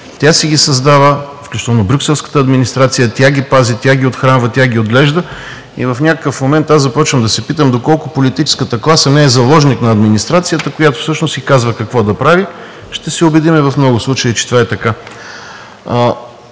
Тя си ги създава, включително брюкселската администрация, тя ги пази, тя ги отхранва, тя ги отглежда и в някакъв момент аз започвам да се питам: доколко политическата класа не е заложник на администрацията, която всъщност ѝ казва какво да прави? Ще се убедим в много случаи, че това е така.